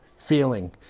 feeling